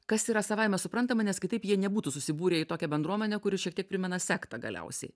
kas yra savaime suprantama nes kitaip jie nebūtų susibūrę į tokią bendruomenę kuri šiek tiek primena sektą galiausiai